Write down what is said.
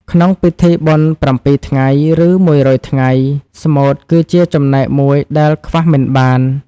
ក្នុងពិធីបុណ្យ៧ថ្ងៃ ឬ១០០ថ្ងៃ ស្មូតគឺជាចំណែកមួយដែលខ្វះមិនបាន។